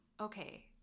okay